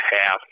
half